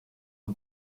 wir